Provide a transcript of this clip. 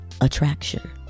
attraction